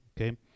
okay